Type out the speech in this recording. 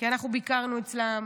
כי אנחנו ביקרנו אצלם